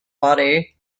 body